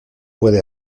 puede